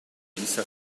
dieser